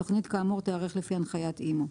תכנית כאמור תערך לפי הנחיית אימ"ו.